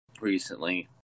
recently